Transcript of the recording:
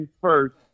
first